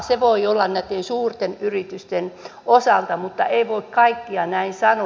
se voi olla näitten suurten yritysten osalta mutta ei voi kaikista näin sanoa